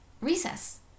Recess